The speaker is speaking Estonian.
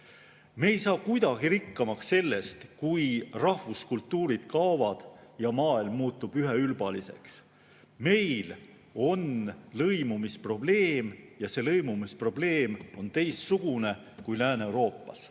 Me ei saa kuidagi rikkamaks sellest, kui rahvuskultuurid kaovad ja maailm muutub üheülbaliseks. Meil on lõimumisprobleem ja see lõimumisprobleem on teistsugune kui Lääne-Euroopas.